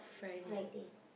Friday